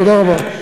תודה רבה.